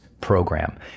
Program